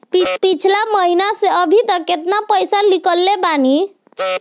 पिछला महीना से अभीतक केतना पैसा ईकलले बानी?